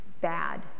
bad